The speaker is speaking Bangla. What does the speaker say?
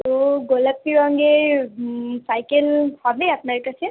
তো গোলাপী রঙের সাইকেল হবে আপনার কাছে